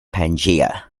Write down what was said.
pangaea